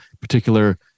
particular